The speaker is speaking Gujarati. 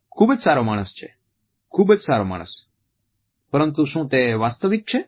ખૂબ જ સારો માણસ છે ખૂબ જ સારો માણસ પરંતુ શું તે વાસ્તવિક છે